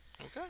Okay